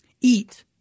Eat